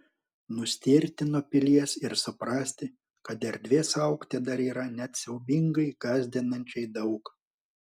nustėrti nuo pilies ir suprasti kad erdvės augti dar yra net siaubingai gąsdinančiai daug